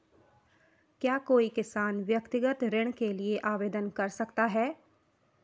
क्या कोई किसान व्यक्तिगत ऋण के लिए आवेदन कर सकता है?